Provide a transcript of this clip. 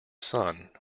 son